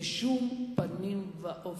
בשום פנים ואופן.